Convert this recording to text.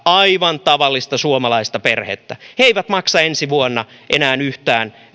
aivan tavallista suomalaista perhettä he eivät maksa ensi vuonna enää yhtään